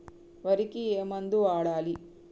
వరికి ఏ మందు వాడాలి?